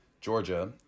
Georgia